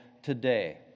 today